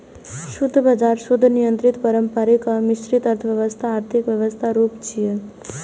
शुद्ध बाजार, शुद्ध नियंत्रित, पारंपरिक आ मिश्रित अर्थव्यवस्था आर्थिक व्यवस्थाक रूप छियै